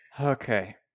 Okay